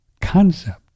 concept